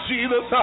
Jesus